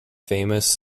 famous